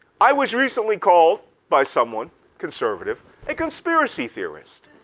i was recently called by someone conservative and conspiracy theorist.